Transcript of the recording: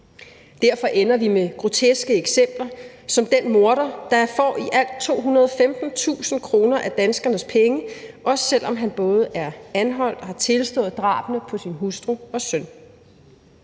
Derfor ender vi med groteske eksempler som den morder, der får i alt 215.000 kr. af danskernes penge, også selv om han både er anholdt og har tilstået drabene på sin hustru og søn.